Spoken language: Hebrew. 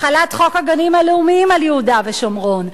החלת חוק הגנים הלאומיים על יהודה ושומרון,